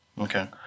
Okay